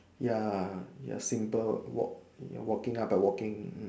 ya the symbol walking up and walking